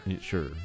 Sure